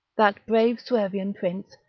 that brave suevian prince,